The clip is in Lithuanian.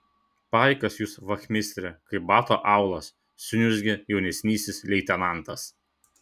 paikas jūs vachmistre kaip bato aulas suniurzgė jaunesnysis leitenantas